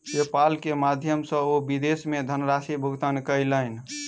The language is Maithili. पेपाल के माध्यम सॅ ओ विदेश मे धनराशि भुगतान कयलैन